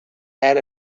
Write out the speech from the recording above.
had